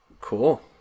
cool